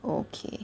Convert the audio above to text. okay